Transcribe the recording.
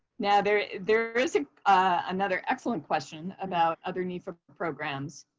now, there there is another excellent question about other nefa programs.